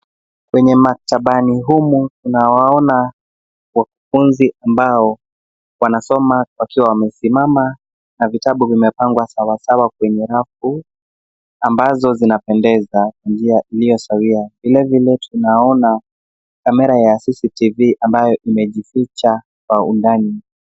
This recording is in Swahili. Kwenye maktabani humu tunawaona wakufunzi ambao wanasoma wakiwa wamesimama na vitabu vimepangwa sawasawa kwenye rafu ambazo zinapendeza zilio sawia. Vilevile tunaona kamera ya CCTV ambayo imejificha kwa undani.